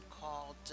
called